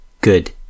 good